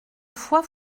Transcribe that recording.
fois